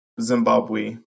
Zimbabwe